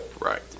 Right